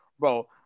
bro